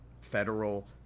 federal